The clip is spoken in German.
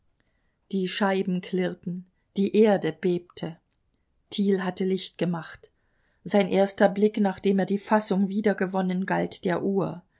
die scheiben klirrten die erde erbebte thiel hatte licht gemacht sein erster blick nachdem er die fassung wieder gewonnen galt der uhr